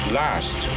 last